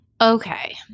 Okay